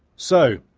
so,